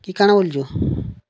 କି କାଣା ବୋଲୁଛୁ